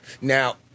Now